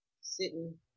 sitting